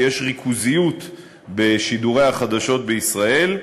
שיש ריכוזיות בשידורי החדשות בישראל,